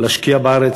להשקיע בארץ,